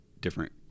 different